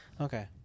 Okay